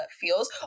feels